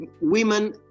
women